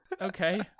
Okay